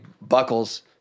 buckles